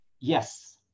Yes